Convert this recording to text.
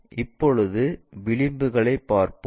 இப்போது விளிம்புகளைப் பார்ப்போம்